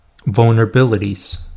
vulnerabilities